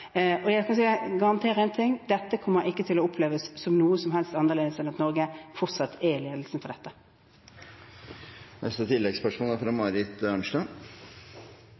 Jeg kan garantere én ting: Dette kommer ikke til å oppleves som noe som helst annerledes enn at Norge fortsatt er i ledelsen for dette.